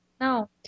No